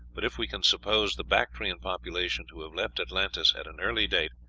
but if we can suppose the bactrian population to have left atlantis at an early date,